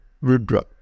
Rudra